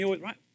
Right